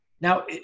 Now